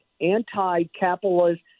anti-capitalist